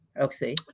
Okay